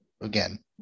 again